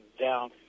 down